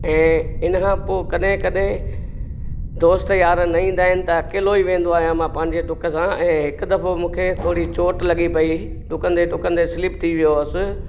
ऐं इनखां पोइ कॾहिं कॾहिं दोस्त यार न ईंदा आहिनि त अकेलो ई वेंदो आहियां मां पंहिजे डुक सां ऐं हिकदफ़ो मूंखे थोरी चोट लॻे पई डुकंदे डुकंदे स्लिप थी वियो हुअसि